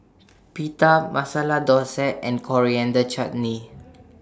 Pita Masala Dosa and Coriander Chutney